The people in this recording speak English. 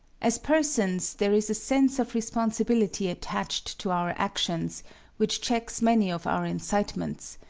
as persons there is a sense of responsibility attached to our actions which checks many of our incitements,